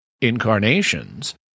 incarnations